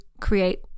create